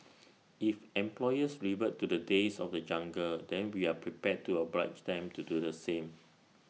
if employers revert to the days of the jungle then we are prepared to oblige them to do the same